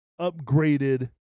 upgraded